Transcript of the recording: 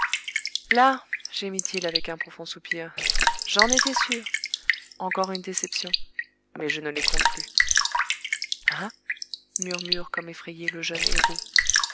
là gémit-il avec un profond soupir j'en étais sûr encore une déception mais je ne les compte plus hein murmure comme effrayé le jeune héros